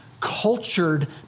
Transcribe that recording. cultured